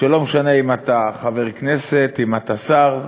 שלא משנה אם אתה חבר כנסת, אם אתה שר,